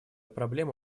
проблема